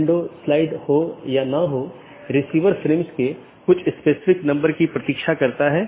यह प्रत्येक सहकर्मी BGP EBGP साथियों में उपलब्ध होना चाहिए कि ये EBGP सहकर्मी आमतौर पर एक सीधे जुड़े हुए नेटवर्क को साझा करते हैं